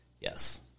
Yes